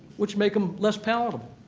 which make them less palatable.